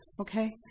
okay